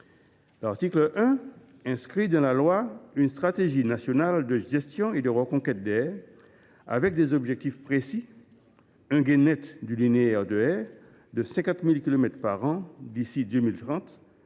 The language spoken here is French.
L’article 1 inscrit dans la loi une stratégie nationale de gestion et de reconquête des haies assortie d’objectifs précis : un gain net du linéaire de haies de 50 000 kilomètres par an d’ici à 2030,